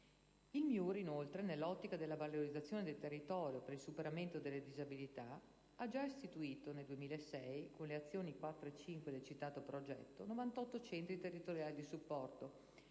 Il MIUR, inoltre, nell'ottica della valorizzazione del territorio per il superamento delle disabilità, dal 2006 ha già istituito, con le azioni 4 e 5 del citato progetto, 98 centri territoriali di supporto